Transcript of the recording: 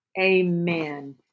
Amen